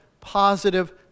positive